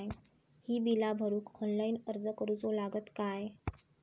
ही बीला भरूक ऑनलाइन अर्ज करूचो लागत काय?